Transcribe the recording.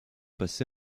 passé